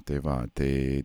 tai va tai